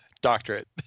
doctorate